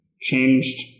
changed